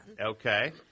Okay